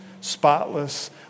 spotless